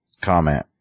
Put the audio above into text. comment